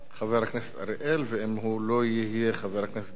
חבר הכנסת אריאל, ואם לא יהיה, חבר הכנסת בן-ארי.